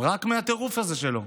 רק מהטירוף הזה שלו.